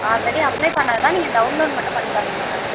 already apply பண்ணது தான் நீங்க டவுன்லோட் மட்டும் பண்ணித்தரணும் மேடம்